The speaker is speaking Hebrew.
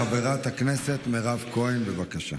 חברת הכנסת מירב כהן, בבקשה.